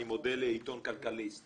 ואני מודה לעיתון כלכליסט